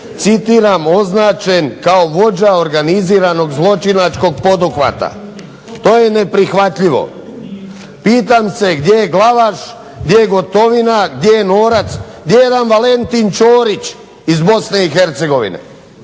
citiram označen kao vođa organiziranog zločinačkog poduhvata. To je neprihvatljivo. Pitam se gdje je Glavaš? Gdje je Gotovina? Gdje je Norac? Gdje je jedan Valentin Ćorić iz Bosne i Hercegovine